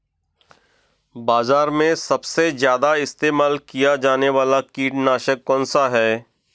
बाज़ार में सबसे ज़्यादा इस्तेमाल किया जाने वाला कीटनाशक कौनसा है?